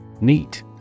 Neat